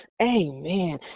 Amen